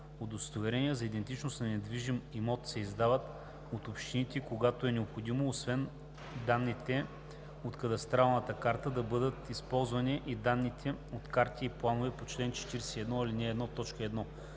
за идентичност на недвижим имот се издават от общините, когато е необходимо освен данните от кадастралната карта да бъдат използвани и данните от карти и планове по чл. 41, ал.